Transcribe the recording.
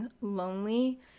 lonely